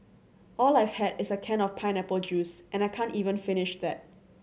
all I've had is a can of pineapple juice and I can't even finish that